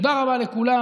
תודה רבה לכולם.